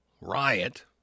riot